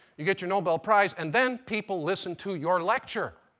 you get your nobel prize, and then people listen to your lecture.